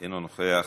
אינו נוכח,